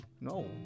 No